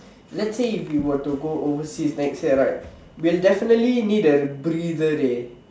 let's say if we were to go overseas next year right we will definitely need a breather leh